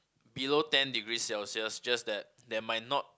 below ten degree celsius just that there might not